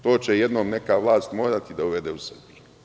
To će jednom neka vlast morati da uvede u Srbiju.